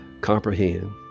Comprehend